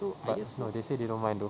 but no they say they don't mind though